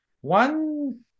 one